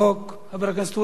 חבר הכנסת אורי אריאל,